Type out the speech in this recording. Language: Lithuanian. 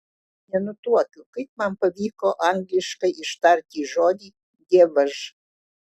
nenutuokiu kaip man pavyko angliškai ištarti žodį dievaž